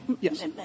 Yes